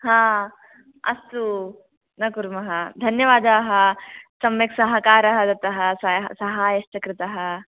हा अस्तु न कुर्मः धन्यवादाः सम्यक् सहकारः दत्तः सहायश्च कृतः